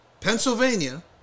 Pennsylvania